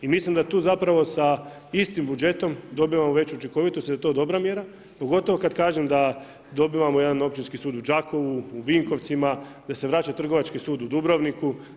I mislim da tu zapravo sa istim budžetom dobivamo veću učinkovitost jer je to dobra mjera pogotovo kad kažem da dobivamo jedan Općinski sud u Đakovu, u Vinkovcima, da se vraća Trgovački sud u Dubrovniku.